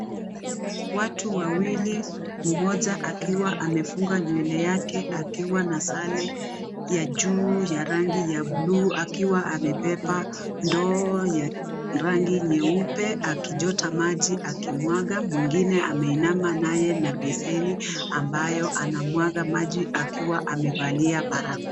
Watu wawili mmoja akiwa amefunga nywele yake akiwa na sare ya juu ya rangi ya bluu akiwa amebeba ndoo yenye rangi nyeupe akichota maji akimwaga mwingine ameinama naye na beseni ambaye anamwaga maji akiwa amevalia barakoa.